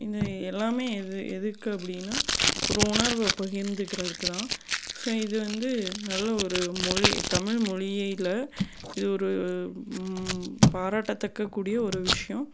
இது எல்லாமே எது எதுக்கு அப்படின்னா ஒரு உணர்வை பகிர்ந்துக்கிறதுக்கு தான் ஸோ இது வந்து நல்ல ஒரு மொழி தமிழ் மொழியில் இது ஒரு பாராட்டத்தக்கக்கூடிய ஒரு விஷியம்